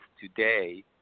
today